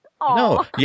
No